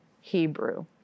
Hebrew